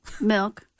milk